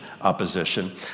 opposition